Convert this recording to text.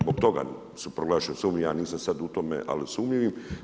Zbog toga su proglašeni sumnjivim, ja nisam sad u tome ali sumnjivim.